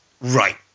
Right